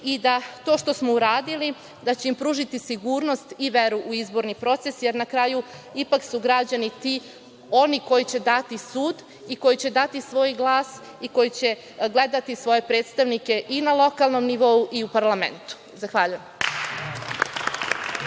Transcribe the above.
i da to što smo uradili, da će im pružiti sigurnost i veru u izborni proces, jer na kraju, ipak su građani ti oni koji će dati sud i koji će dati svoj glas i koji će gledati svoje predstavnike i na lokalnom nivou i u parlamentu. Zahvaljujem.